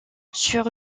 sur